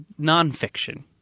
nonfiction